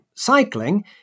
cycling